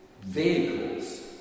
vehicles